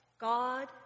God